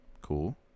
Cool